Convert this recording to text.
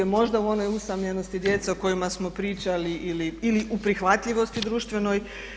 Možda u onoj usamljenosti djece o kojima smo pričali ili u prihvatljivosti društvenoj.